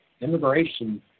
immigration